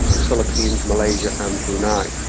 the philippines, malaysia and brunei.